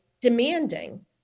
demanding